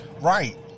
Right